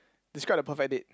describe the perfect date